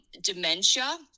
dementia